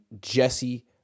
Jesse